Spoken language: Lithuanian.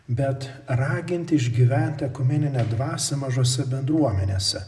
bet raginti išgyventi ekumeninę dvasią mažose bendruomenėse